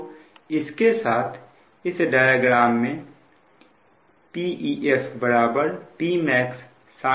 तो इसके साथ इस डायग्राम में Pef Pmax sin 1 है